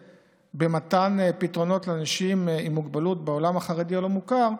במתן פתרונות לאנשים עם מוגבלות בעולם החרדי הלא-מוכר,